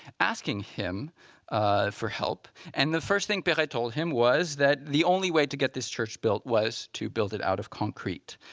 asking him for help. and the first thing but perret told him was that the only way to get this church built was to build it out of concrete,